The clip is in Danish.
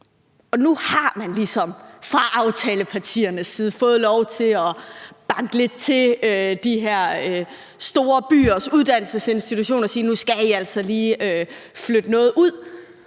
man ligesom fra aftalepartiernes side fået lov til at banke lidt til de her store byers uddannelsesinstitutioner og sige: Nu skal I altså lige flytte noget ud.